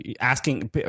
asking